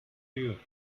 you